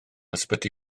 ysbyty